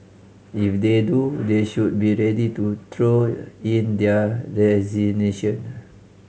if they do they should be ready to throw in their resignation